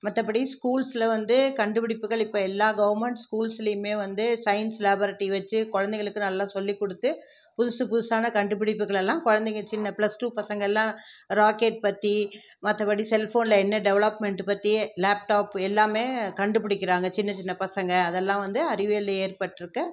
மற்றபடி ஸ்கூல்சில் வந்து கண்டுப்பிடிப்புகள் இப்போ எல்லாம் கவர்மெண்ட் ஸ்கூல்ஸ்லேயுமே வந்து சைன்ஸ் லேப்பரிட்டி வெச்சு குழந்தைகளுக்கு நல்லா சொல்லிக்கொடுத்து புதுசு புதுசான கண்டுப்பிடிப்புகள எல்லாம் குழந்தைங்க சின்ன ப்ளஸ் டூ பசங்க எல்லாம் ராக்கெட் பற்றி மற்றபடி செல்ஃபோனில் என்ன டெவலப்மெண்ட்டு பற்றி லேப்டாப் எல்லாமே கண்டுபிடிக்கிறாங்க சின்ன சின்ன பசங்க அதல்லாம் வந்து அறிவியலில் ஏற்பட்டிருக்க